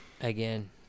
Again